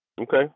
Okay